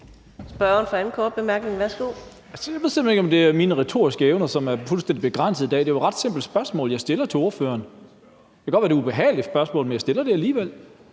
Jeg ved simpelt hen ikke, om det er mine retoriske evner, som er fuldstændig begrænsede i dag. Det er jo et ret simpelt spørgsmål, jeg stiller til ordføreren. Det kan godt være, at det er et ubehageligt spørgsmål, men jeg stiller det alligevel.